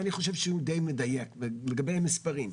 אני חושב שהוא די מדייק לגבי המספרים.